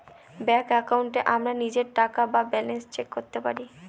ব্যাঙ্কের একাউন্টে আমরা নিজের টাকা বা ব্যালান্স চেক করতে পারি